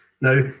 Now